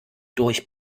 durch